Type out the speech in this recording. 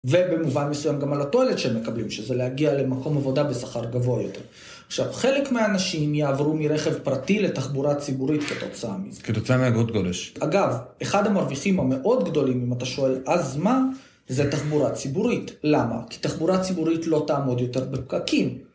ובמובן מסוים גם על הטואלט שהם מקבלים, שזה להגיע למקום עבודה בשכר גבוה יותר. עכשיו, חלק מהאנשים יעברו מרכב פרטי לתחבורה ציבורית כתוצאה מיזה. כתוצאה מהגות גודש. אגב, אחד המרוויחים המאוד גדולים, אם אתה שואל, אז מה? זה תחבורה ציבורית. למה? כי תחבורה ציבורית לא תעמוד יותר בפקקים.